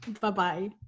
bye-bye